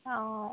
অঁ